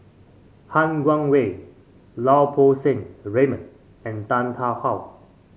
Han Guangwei Lau Poo Seng Raymond and Tan Tarn How